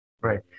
Right